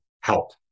help